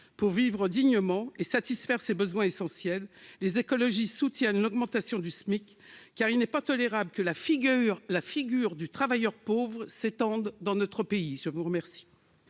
vivre dignement et satisfaire ses besoins essentiels, les écologistes soutiennent l'augmentation du SMIC, car il n'est pas tolérable que la figure du travailleur pauvre s'étende dans notre pays. La parole